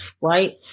right